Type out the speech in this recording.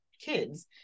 kids